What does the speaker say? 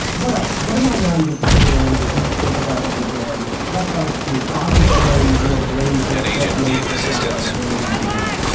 what else? what am i not even considering that you think about every day? what else is occupying your brain or threat matrix on a daily basis?